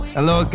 Hello